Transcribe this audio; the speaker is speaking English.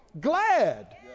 glad